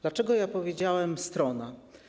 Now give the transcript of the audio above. Dlaczego ja powiedziałem: strona?